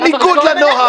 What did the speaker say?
בסדר.